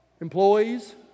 employees